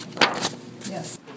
Yes